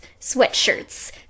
sweatshirts